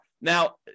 Now